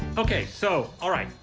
okay, so, alright.